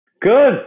Good